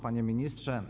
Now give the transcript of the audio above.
Panie Ministrze!